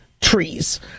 trees